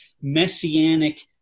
messianic